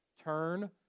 turn